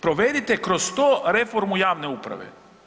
Provedite kroz to reformu javne uprave.